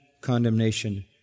condemnation